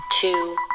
Two